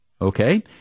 okay